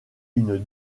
une